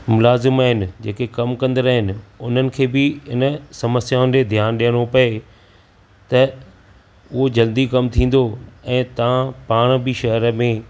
मुलाज़िम आहिनि जेके कमु कंदड़ आहिनि उन्हनि खे बि इन्हिनि समस्याउनि ॾे ध्यान ॾियणो पए त उहो जल्दी कमु थींदो ऐं तव्हां पाण बि शहर में